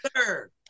sir